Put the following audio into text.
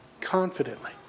confidently